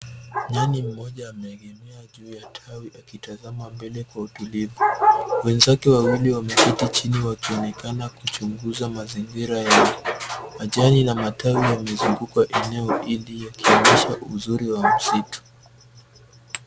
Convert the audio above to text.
Nyani mmoja ameegemea juu ya tawi akitazama mbele kwa utulivu, wenzake wawili wameketi chini wakionekana kuchunguza mazingira yao. Majani na matawi yamezunguka eneo hili yakionyesha uzuri wa msitu.